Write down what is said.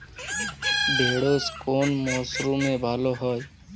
ঢেঁড়শ কোন মরশুমে ভালো হয়?